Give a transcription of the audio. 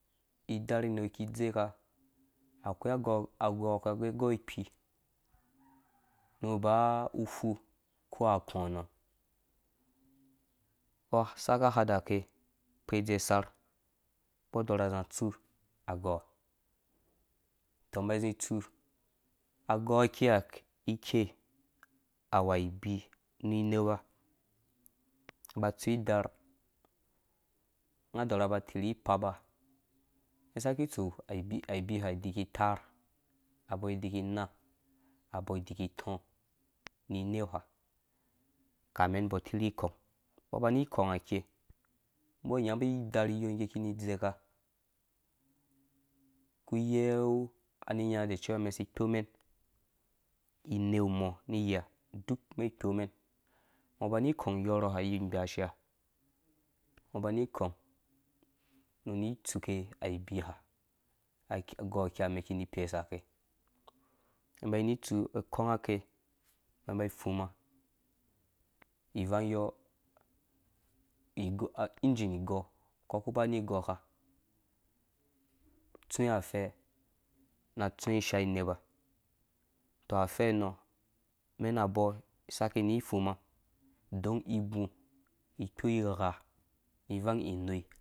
Iderh iveu ke dzeka akwai agou gɛ gou ikei nu ba ufu kpu akɔ mbɔ saka hada kɛ kpe dze serh mbɔ dorha zi atsu agouha tɔ mba zi tsu ider nga dɔra ba tirhi papa aibiha iki tar abɔɔ diki inaa abɔɔ diki itɔɔ̃nu ineu ha kame mbɔ tirhi kɔng mbɔ bani kɔng ha kei mbɔ nya mbɔ idaryɔ nggɛ kini dzeka ku yeu a ni nyanga decewa mɛn si kpo mɛn ngo bani kɔng yɔrɔha yi ghbashea ngɔ bani kɔng ninu tsuke abiiya agou akiha mɛn kini pesa kɛ mɛn ba ni tsu mbɔ kɔng ake ake mba ba fun ivangyɔ engine igɔ ka ku ba ni gɔka tsuwe ishae nepa afɛnɔ mɛn abɔɔ saki ni fuma don ibu ikpɔ igha ivang inoi.